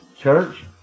Church